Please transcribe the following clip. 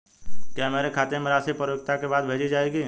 क्या मेरे खाते में राशि परिपक्वता के बाद भेजी जाएगी?